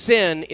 Sin